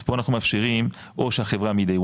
אז פה אנחנו מאפשרים או שהחברה מהיום